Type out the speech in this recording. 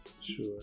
Sure